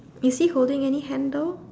is he holding any handle